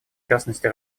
частности